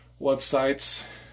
websites